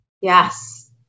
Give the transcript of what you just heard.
Yes